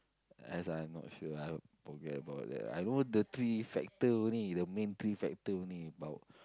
as I'm not sure I forget about that I know the three factor only the main three factor bout